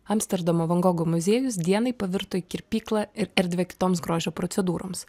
amsterdamo van gogo muziejus dienai pavirto į kirpyklą ir erdvę kitoms grožio procedūroms